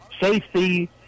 safety